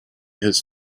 his